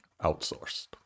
outsourced